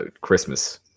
Christmas